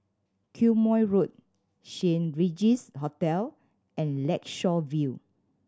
Quemoy Road Saint Regis Hotel and Lakeshore View